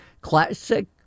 classic